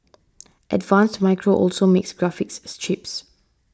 advanced Micro also makes graphics chips